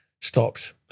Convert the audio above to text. stopped